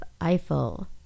Eiffel